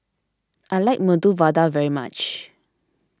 I like Medu Vada very much